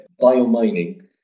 biomining